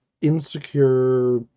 insecure